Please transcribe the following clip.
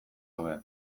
hobe